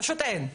פשוט אין.